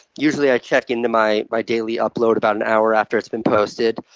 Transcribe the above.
usually i check into my my daily upload about an hour after it's been posted,